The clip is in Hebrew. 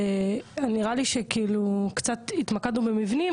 שנראה לי שקצת התמקדנו במבנים,